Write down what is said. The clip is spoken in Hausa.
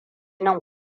nan